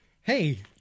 Hey